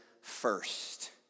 first